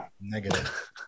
Negative